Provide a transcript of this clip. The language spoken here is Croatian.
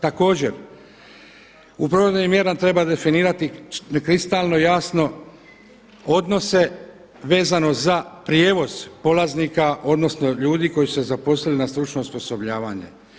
Također u provedbenim mjerama treba definirati kristalno jasno odnose vezano za prijevoz polaznika odnosno ljudi koji su se zaposlili na stručno osposobljavanje.